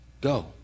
Go